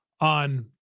on